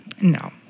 no